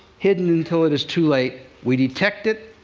hidden until it is too late, we detect it,